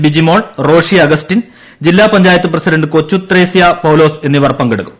ബിജിമോൾ റോഷി അഗസ്റ്റ്യൻ ജില്ലാ പഞ്ചായത്ത് പ്രസിഡന്റ് കൊച്ചുത്രേസൃാ പൌലോസ് എന്നിവർ പങ്കെടുക്കും